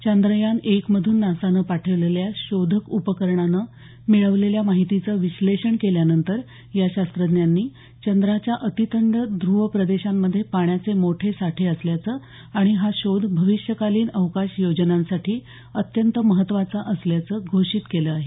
चांद्रयान एक मधून नासानं पाठवलेल्या शोधक उपकरणानं मिळवलेल्या माहितीचं विश्लेषण केल्यानंतर या शास्त्रज्ञांनी चंद्राच्या अतिथंड ध्रवप्रदेशांमध्ये पाण्याचे मोठे साठे असल्याचं आणि हा शोध भविष्यकालीन अवकाश योजनांसाठी अत्यंत महत्त्वाचा असल्याचं घोषित केलं आहे